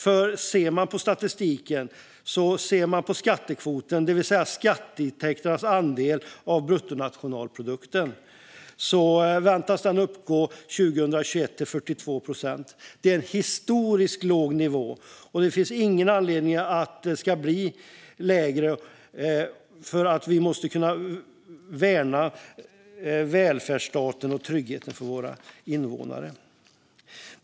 Om man tittar på statistiken ser man att skattekvoten, det vill säga skatteintäkternas andel av bruttonationalprodukten, år 2021 väntas uppgå till 42 procent. Detta är en historiskt låg nivå, och det finns ingen anledning till att den ska bli lägre. Vi måste kunna värna välfärdsstaten och tryggheten för våra invånare.